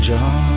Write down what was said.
John